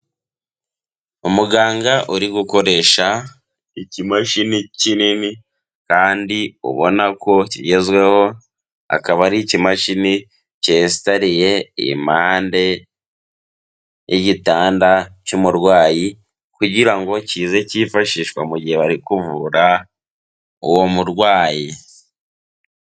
Umuganga uri gukoresha ikimashini kinini kandi ubona ko kigezweho, akaba ari ikimashini kesitariye impande y'igitanda cy'umurwayi kugira ngo kize kifashishwa mu gihe bari kuvura uwo murwayi.